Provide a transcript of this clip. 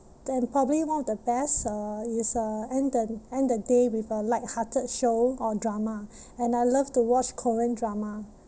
then probably one of the best uh is uh end the end the day with a lighthearted show or drama and I love to watch korean drama